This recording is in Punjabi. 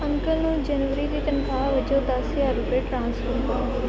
ਅੰਕਲ ਨੂੰ ਜਨਵਰੀ ਦੀ ਤਨਖ਼ਾਹ ਵਜੋਂ ਦਸ ਹਜ਼ਾਰ ਰੁਪਏ ਟ੍ਰਾਂਸਫਰ ਕਰੋ